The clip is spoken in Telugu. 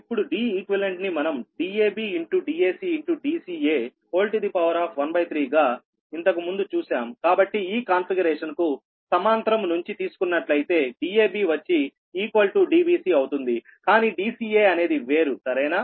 ఇప్పుడు Deq ని మనం dab dac dca13 గా ఇంతకు ముందు చూశాం కాబట్టి ఈ కాన్ఫిగరేషన్ కు సమాంతరం నుంచి తీసుకున్నట్లయితే dab వచ్చి dbc అవుతుంది కానీ dca అనేది వేరు సరేనా